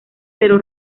pero